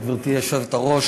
גברתי היושבת-ראש,